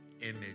image